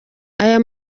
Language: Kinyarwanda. aya